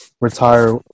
retire